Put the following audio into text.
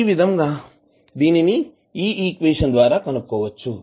ఈ విధంగా దీనిని ఈక్వేషన్ ద్వారా కనుక్కోవచ్చు